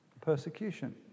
Persecution